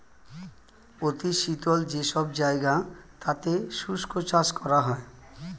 অতি শীতল যে সব জায়গা তাতে শুষ্ক চাষ করা হয়